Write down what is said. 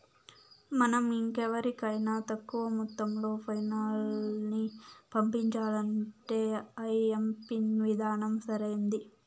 మనం ఇంకెవరికైనా తక్కువ మొత్తంలో పైసల్ని పంపించాలంటే ఐఎంపిన్ విధానం సరైంది